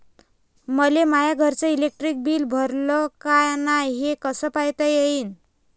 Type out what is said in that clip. मले माया घरचं इलेक्ट्रिक बिल भरलं का नाय, हे कस पायता येईन?